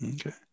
Okay